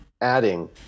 adding